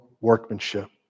workmanship